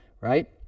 right